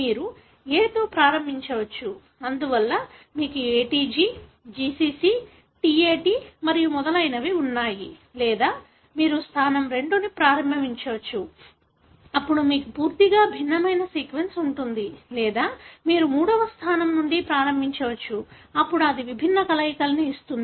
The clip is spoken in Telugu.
మీరు A తో ప్రారంభించవచ్చు అందువల్ల మీకు ATG GCC TAT మరియు మొదలైనవి ఉన్నాయి లేదా మీరు స్థానం 2 ను ప్రారంభించవచ్చు అప్పుడు మీకు పూర్తిగా భిన్నమైన సీక్వెన్స్ ఉంటుంది లేదా మీరు మూడవ స్థానం నుండి ప్రారంభించవచ్చు అప్పుడు అది విభిన్న కలయికలను ఇస్తుంది